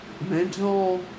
mental